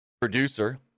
producer